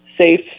safe